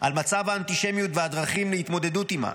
על מצב האנטישמיות והדרכים להתמודדות עימה.